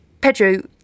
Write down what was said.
pedro